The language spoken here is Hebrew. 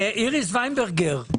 איריס וינברגר.